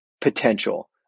potential